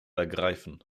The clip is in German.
ergreifen